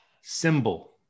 symbol